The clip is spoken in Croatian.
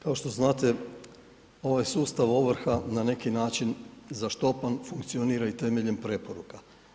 Kao što znate, ovaj sustav ovrha na neki način zaštopan, funkcionira i temeljem preporuka.